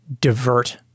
divert